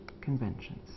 conventions